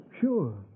Sure